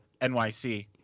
NYC